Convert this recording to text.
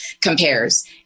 compares